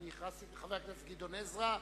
חבר הכנסת גדעון עזרא,